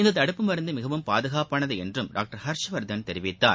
இந்த தடுப்பு மருந்து மிகவும் பாதுகாப்பானது என்றும் டாக்டர் ஹர்ஷ்வர்தன் தெரிவித்தார்